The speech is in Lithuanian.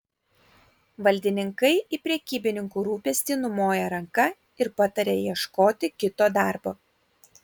valdininkai į prekybininkų rūpestį numoja ranka ir pataria ieškoti kito darbo